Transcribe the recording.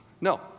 No